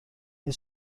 این